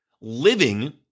living